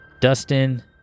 Dustin